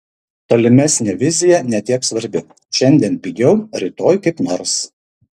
tolimesnė vizija ne tiek svarbi šiandien pigiau rytoj kaip nors